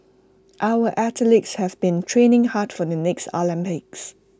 our athletes have been training hard for the next Olympics